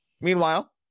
Meanwhile